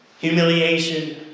humiliation